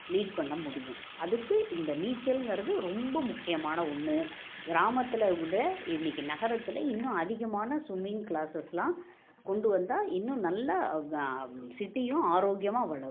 lead பண்ண முடியும் அதுக்கு இந்த நீச்சல்ங்கிறது ரொம்ப முக்கியமான ஒன்று கிராமத்தில் உள்ள இன்றைக்கி நகரத்தில் இன்றும் அதிகமான ஸும்மிங் க்ளாஸஸ்லாம் கொண்டு வந்தால் இன்னும் நல்லா சிட்டியும் ஆரோக்கியமாக வளரும்